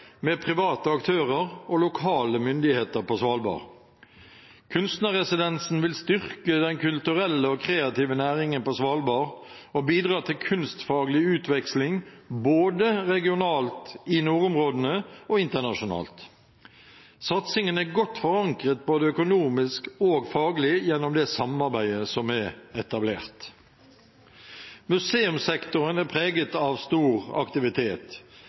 med private aktører og lokale myndigheter på Svalbard. Kunstnerresidensen vil styrke den kulturelle og kreative næringen på Svalbard og bidra til kunstfaglig utveksling både regionalt, i nordområdene og internasjonalt. Satsingen er godt forankret både økonomisk og faglig gjennom det samarbeidet som er etablert. Museumssektoren er preget av stor aktivitet.